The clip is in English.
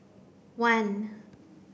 one